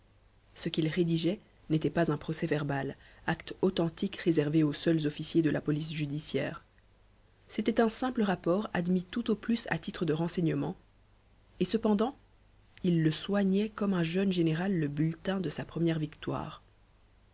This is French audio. ce qu'il rédigeait n'était pas un procès-verbal acte authentique réservé aux seuls officiers de la police judiciaire c'était un simple rapport admis tout au plus à titre de renseignement et cependant il le soignait comme un jeune général le bulletin de sa première victoire